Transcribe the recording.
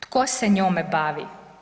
Tko se njome bavi?